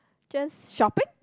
just shopping